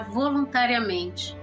voluntariamente